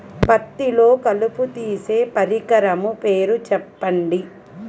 పత్తిలో కలుపు తీసే పరికరము పేరు చెప్పండి